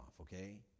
okay